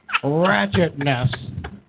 ratchetness